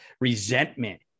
resentment